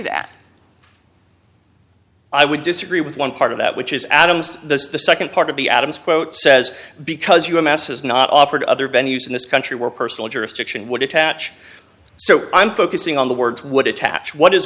that i would disagree with one part of that which is adams the second part of the adams quote says because your mass has not offered other venues in this country where personal jurisdiction would attach so i'm focusing on the words would attach what is